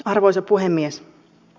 arvoisa puhemies